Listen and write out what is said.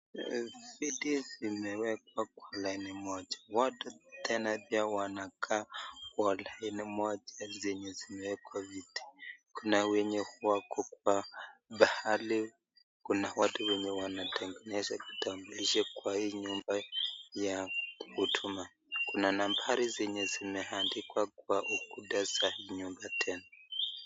Viti vimeekwa kwa laini moja, qote pia wanakaa kwa laini moja yenye zimeekwa viti, kuna wengine wako kwa pahali kuna watu wenye wanatengeneza kitambulisho kwa hii nyumba ya huduma, kuna nambari zenye zimeandikwa kwa ukuta za nyumba tena.